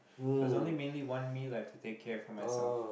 so it's only mainly one meal I have to take care for myself